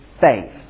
faith